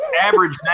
average